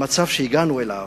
המצב שאליו